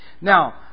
Now